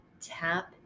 Tap